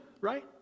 right